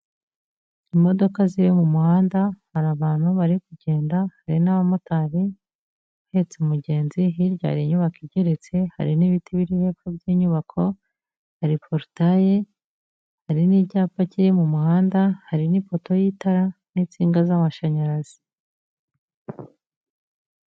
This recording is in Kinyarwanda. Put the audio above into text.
Imodoka ziri mu muhanda, hari abantu bari kugenda, hari n'abamotari, uhetse umugenzi, hirya hari inyubako igeretse, hari n'ibiti biri hepfo by'inyubako, hari porotaye, hari n'icyapa kiri mu muhanda, hari n'ipoto y'itara, n'insinga z'amashanyarazi